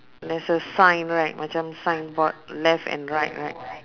there's a sign right macam signboard left and right right